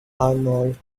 arnold